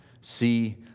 See